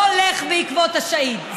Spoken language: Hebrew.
לא לך בעקבות השהיד,